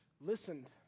listened